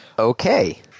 Okay